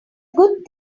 good